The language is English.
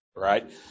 Right